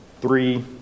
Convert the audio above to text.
three